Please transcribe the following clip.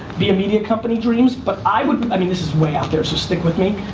be a media company dreams, but i would, i mean this is way out there, so stick with me,